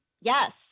Yes